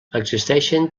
existeixen